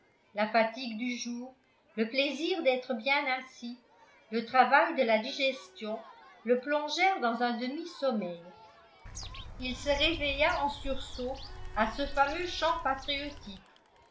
la fatigue du jour le plaisir d'être bien assis le travail de la digestion le plongèrent dans un demi-sommeil il se réveilla en sursaut à ce fameux chant patriotique